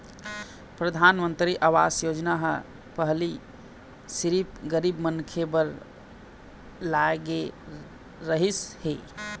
परधानमंतरी आवास योजना ह पहिली सिरिफ गरीब मनखे बर लाए गे रहिस हे